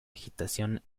agitación